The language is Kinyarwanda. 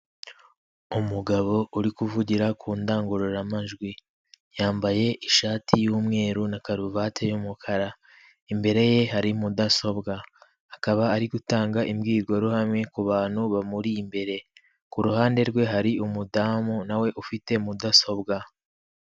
Umugabo uri kuvugira ku ndangururamajwi yambaye ishati y'umweru na karuvati y'umukara imbere ye hari mudasobwa akaba ari gutanga imbwirwaruhame ku bantu bamuri imbere kuru ruhande rwe hari umudamu nawe ufite mudasobwa.